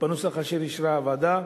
בנוסח אשר אישרה הוועדה.